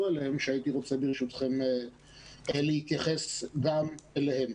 אליהם שהייתי רוצה ברשותכם להתייחס גם אליהם.